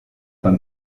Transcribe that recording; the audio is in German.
beim